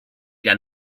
down